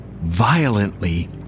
violently